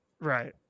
Right